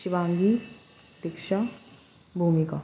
Shivangi Diksha Bhumika